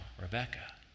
Rebecca